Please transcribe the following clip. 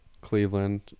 cleveland